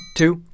two